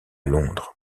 londres